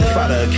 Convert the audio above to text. Father